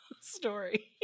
story